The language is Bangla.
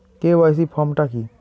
কে.ওয়াই.সি ফর্ম টা কি?